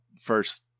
first